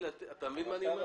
אתה מבין מה אני אומר?